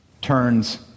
turns